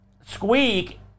Squeak